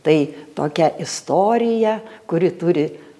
tai tokia istorija kuri turi